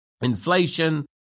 Inflation